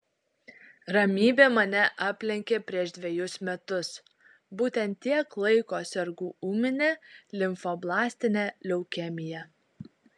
ramybė mane aplenkė prieš dvejus metus būtent tiek laiko sergu ūmine limfoblastine leukemija